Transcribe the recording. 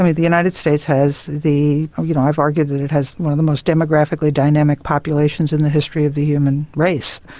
ah the united states has the. um you know i have argued that it has one of the most demographically dynamic populations in the history of the human race,